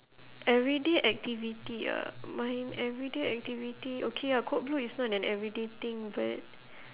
everyday activity ah my everyday activity okay ah code blue is not an everyday thing but